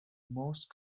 most